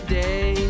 day